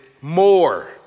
more